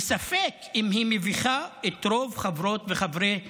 וספק אם היא מביכה את רוב חברות וחברי הבית,